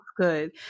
good